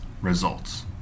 results